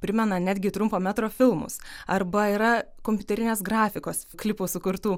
primena netgi trumpo metro filmus arba yra kompiuterinės grafikos klipų sukurtų